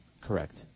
Correct